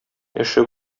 эше